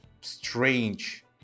strange